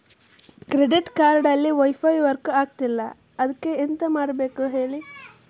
credit card ಅಲ್ಲಿ wifi work ಆಗ್ತಿಲ್ಲ ಅದ್ಕೆ ಎಂತ ಮಾಡಬೇಕು ಹೇಳಿ